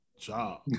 job